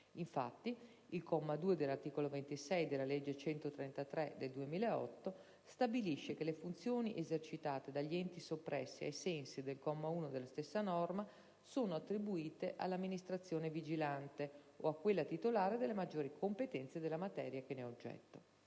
Infatti, il comma 2, dell'articolo 26 della legge n. 133 del 2008 stabilisce che le funzioni esercitate dagli enti soppressi ai sensi del comma 1 della stessa norma sono attribuite all'amministrazione vigilante o a quella titolare delle maggiori competenze nella materia che ne è oggetto.